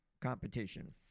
competition